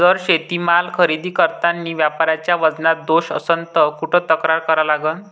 जर शेतीमाल खरेदी करतांनी व्यापाऱ्याच्या वजनात दोष असन त कुठ तक्रार करा लागन?